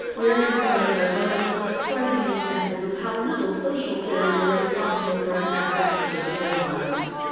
we are confronted by one of the most striking examples of how little social theories are responsible for an act of political violence.